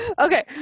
okay